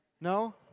No